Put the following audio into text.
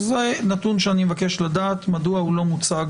זה נתון שאני מבקש לדעת, מדוע הוא לא מוצג